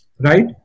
right